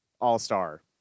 All-Star